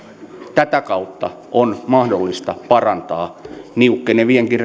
tätä kautta on mahdollista parantaa niukkenevienkin